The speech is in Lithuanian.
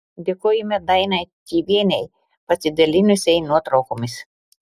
dėkojame dainai čyvienei pasidalinusiai nuotraukomis